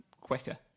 quicker